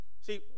See